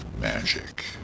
magic